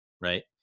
right